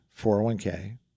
401k